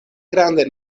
grandaj